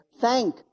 thank